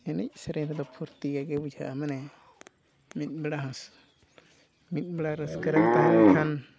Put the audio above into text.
ᱮᱱᱮᱡ ᱥᱮᱨᱮᱧ ᱨᱮᱫᱚ ᱯᱷᱩᱨᱛᱤ ᱜᱮ ᱵᱩᱡᱷᱟᱹᱜᱼᱟ ᱢᱟᱱᱮ ᱢᱤᱫ ᱵᱮᱲᱟ ᱦᱚᱸ ᱢᱤᱫ ᱵᱮᱲᱟ ᱨᱟᱹᱥᱠᱟᱹ ᱨᱮᱢ ᱛᱟᱦᱮᱸ ᱞᱮᱱᱠᱷᱟᱱ